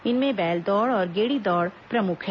इनमें बैल दौड़ और गेड़ी दौड़ प्रमुख है